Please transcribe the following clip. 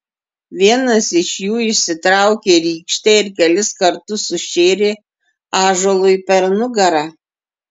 vienas iš jų išsitraukė rykštę ir kelis kartus sušėrė ąžuolui per nugarą